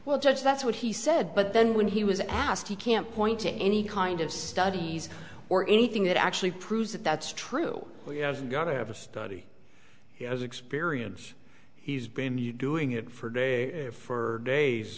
well judge that's what he said but then when he was asked he can't point to any kind of studies or anything that actually proves that that's true but you have got to have a study he has experience he's been doing it for a day for days